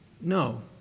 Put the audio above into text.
No